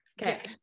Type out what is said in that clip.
Okay